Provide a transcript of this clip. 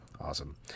Awesome